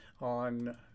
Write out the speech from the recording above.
on